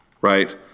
right